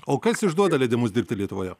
o kas išduoda leidimus dirbti lietuvoje